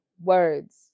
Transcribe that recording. words